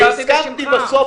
והסכמתי בסוף,